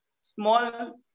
small